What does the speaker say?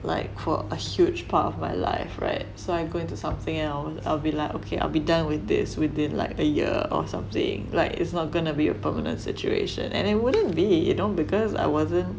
like for a huge part of my life [right] so I go into something and I'll be like okay I'll be done with this within like a year or something like it's not gonna be a permanent situation and it wouldn't be you know because I wasn't